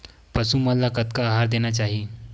पशु मन ला कतना आहार देना चाही?